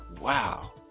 wow